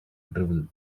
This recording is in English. drivel